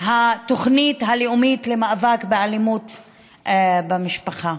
התוכנית הלאומית למאבק באלימות במשפחה.